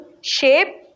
shape